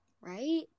Right